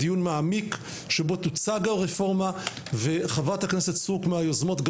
יתקיים דיון מעמיק שבו תוצג הרפורמה וחברת הכנסת סטרוק מהיוזמות גם